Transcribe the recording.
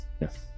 yes